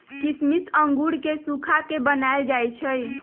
किशमिश अंगूर के सुखा कऽ बनाएल जाइ छइ